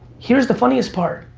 here's the funniest part,